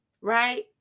Right